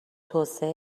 توسعه